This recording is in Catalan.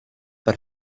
per